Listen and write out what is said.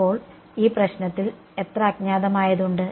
അപ്പോൾ ഈ പ്രശ്നത്തിൽ എത്ര അജ്ഞാതമായത് ഉണ്ട്